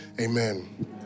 Amen